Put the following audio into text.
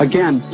Again